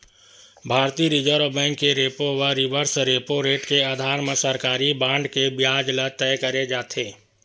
भारतीय reserve bank के repo व रिवर्स रेपो रेट के अधार म सरकारी बांड के बियाज ल तय करे जाथे